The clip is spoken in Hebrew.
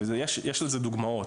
ויש לזה דוגמאות